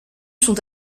sont